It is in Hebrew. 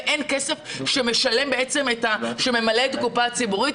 ואין כסף שממלא את הקופה הציבורית?